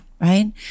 Right